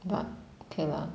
but okay lah